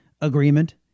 agreement